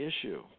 issue